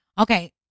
Okay